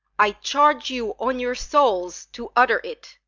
i charge you, on your souls, to utter it.